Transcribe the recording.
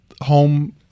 home